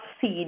seed